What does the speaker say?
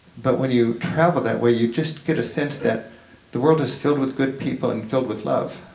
but when you travel that way you just get a sense that the world is filled with good people and filled with love.